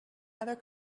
other